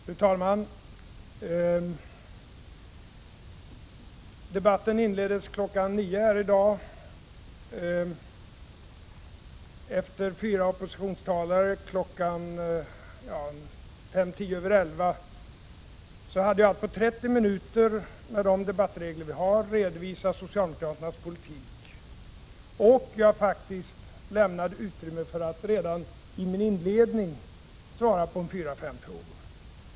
Fru talman! Debatten inleddes kl. 9.00 i dag. Efter fyra oppositionstalare, kl. 11.10, fick jag enligt gällande debattregler 30 minuter på mig för att redovisa socialdemokraternas politik. Jag lämnade faktiskt utrymme för att redan i min inledning svara på fyra fem frågor.